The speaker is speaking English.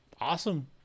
Awesome